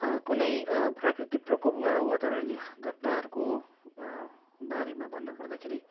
कुनै प्राकृतिक प्रकोप वा वातावरणीय घटनाहरूको बारेमा भन्नु पर्दाखेरि